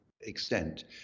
extent